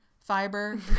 fiber